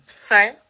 Sorry